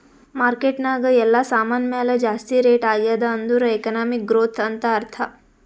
market ನಾಗ್ ಎಲ್ಲಾ ಸಾಮಾನ್ ಮ್ಯಾಲ ಜಾಸ್ತಿ ರೇಟ್ ಆಗ್ಯಾದ್ ಅಂದುರ್ ಎಕನಾಮಿಕ್ ಗ್ರೋಥ್ ಅಂತ್ ಅರ್ಥಾ